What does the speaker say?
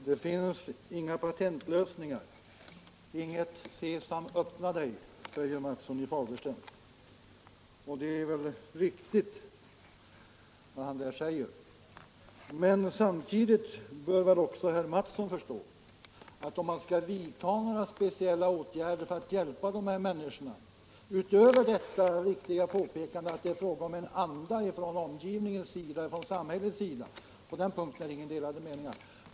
Det finns inga patentlösningar, inget ”sesam, öppna dig”, säger herr Mathsson i Fagersta. Det är väl riktigt. Herr Mathsson gör det viktiga påpekandet att det är fråga om en anda från omgivningens sida, från samhällets sida. På den punkten råder inga delade meningar.